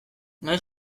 gai